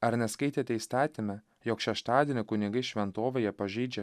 ar neskaitėte įstatyme jog šeštadienį kunigai šventovėje pažeidžia